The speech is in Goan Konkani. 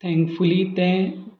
थँकफुली तें